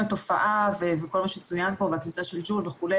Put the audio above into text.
לגבי שאלותיו של פרופ' חגי לוין וגם בכלל.